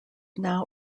now